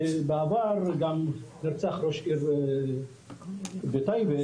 בעבר גם נרצח ראש עיר בטייבה.